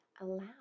allow